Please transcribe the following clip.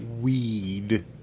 weed